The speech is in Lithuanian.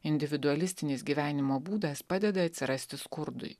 individualistinis gyvenimo būdas padeda atsirasti skurdui